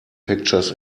pictures